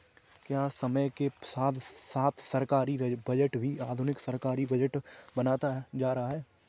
क्या समय के साथ सरकारी बजट भी आधुनिक सरकारी बजट बनता जा रहा है?